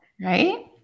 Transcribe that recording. right